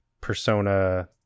Persona